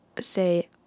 say